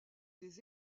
des